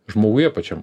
žmoguje pačiam